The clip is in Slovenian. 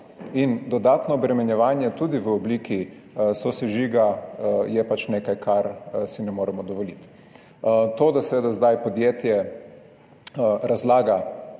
in dodatno obremenjevanje tudi v obliki sosežiga je pač nekaj, kar si ne moremo dovoliti. To, da seveda zdaj podjetje oziroma